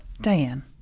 Diane